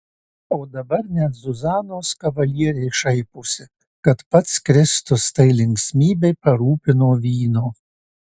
o dabar net zuzanos kavalieriai šaiposi kad pats kristus tai linksmybei parūpino vyno